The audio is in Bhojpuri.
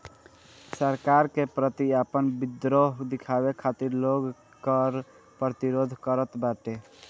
सरकार के प्रति आपन विद्रोह दिखावे खातिर लोग कर प्रतिरोध करत बाटे